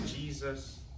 Jesus